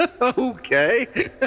Okay